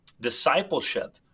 discipleship